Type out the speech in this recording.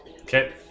Okay